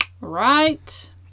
Right